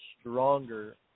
stronger